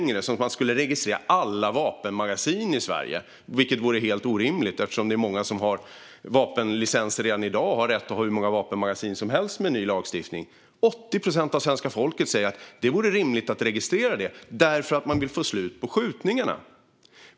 Den handlade om att man skulle registrera alla vapenmagasin i Sverige, vilket vore helt orimligt, eftersom många som har vapenlicenser redan i dag har rätt att ha hur många vapenmagasin som helst med en ny lagstiftning. 80 procent av svenska folket säger att det vore rimligt att registrera detta. De vill nämligen få slut på skjutningarna.